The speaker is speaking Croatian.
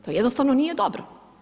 To jednostavno nije dobro.